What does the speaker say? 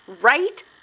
right